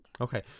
Okay